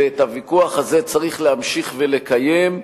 ואת הוויכוח הזה צריך להמשיך לקיים,